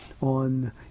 on